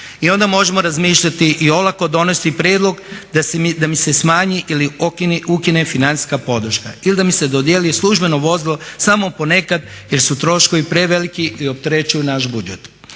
I onda možemo razmišljati i olako donijeti prijedlog da mi se smanji ili ukine financijska podrška ili da mi se dodijeli službeno vozilo samo ponekad jer su troškovi preveliki i opterećuju naš budžet.